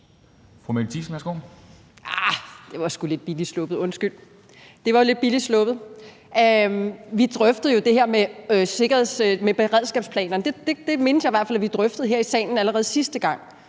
Det var lidt billigt sluppet. Vi drøftede jo det her med beredskabsplanerne. Det mindes jeg i hvert fald at vi drøftede her i salen allerede sidste gang.